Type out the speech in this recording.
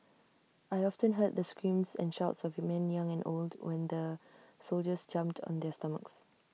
I often heard the screams and shouts of men young and old when the soldiers jumped on their stomachs